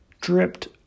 dripped